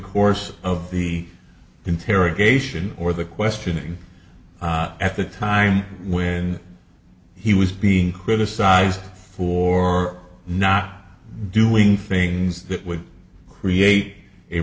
course of the interrogation or the questioning at the time where he was being criticized for not doing things that would create a